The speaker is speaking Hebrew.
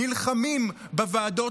נלחמים בוועדות,